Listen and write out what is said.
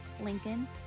Lincoln